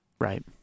Right